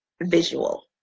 visual